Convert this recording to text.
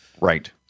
right